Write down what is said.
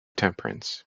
temperance